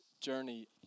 journey